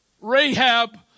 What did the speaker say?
Rahab